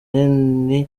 kintu